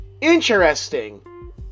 interesting